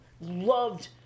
loved